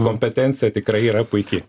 kompetencija tikrai yra puiki